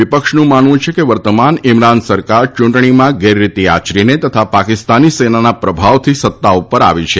વિપક્ષનું માનવું છે કે વર્તમાન ઇમરાન સરકાર ચૂંટણીમાં ગેરરીતિ આચરીને તથા પાકિસ્તાની સેનાના પ્રભાવથી સત્તા ઉપર આવી છે